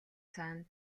цаана